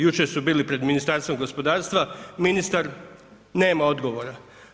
Jučer su bili pred Ministarstvom gospodarstva, ministar nema odgovora.